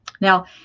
Now